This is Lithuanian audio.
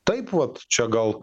taip vat čia gal